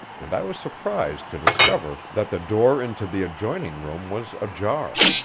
and i was surprised to discover that the door into the adjoining room was ajar.